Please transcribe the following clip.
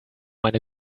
eine